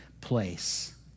place